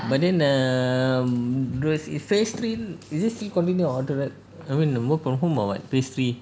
but then err mm those is phase three is it see continue or alternate I mean the work from home or what phase three